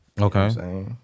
okay